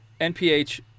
NPH